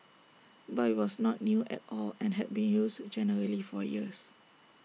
but IT was not new at all and had been used generally for years